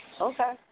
Okay